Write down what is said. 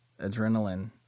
adrenaline